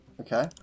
Okay